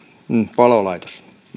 palolaitos